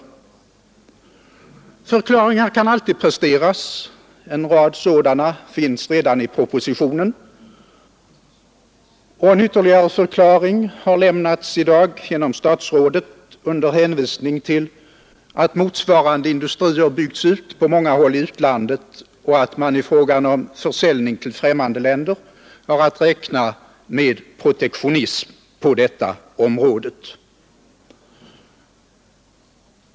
Förklaringar kan alltid presteras. En rad sådana finns redan i propositionen, och en ytterligare förklaring har lämnats i dag genom statsrådet under hänvisning till att motsvarande industrier byggts ut på många håll i utlandet och att man i fråga om försäljningen till ffrämmande länder har att räkna med protektionism på detta område.